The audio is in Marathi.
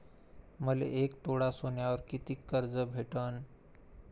मले एक तोळा सोन्यावर कितीक कर्ज भेटन?